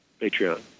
Patreon